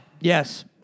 Yes